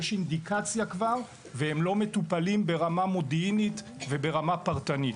יש אינדיקציה כבר והם לא מטופלים ברמה מודיעינית וברמה פרטנית.